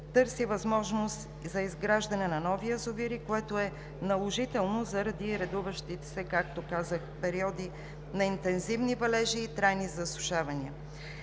търси възможност за изграждане на нови язовири, което е наложително заради редуващите се, както казах, периоди на интензивни валежи и трайни засушавания.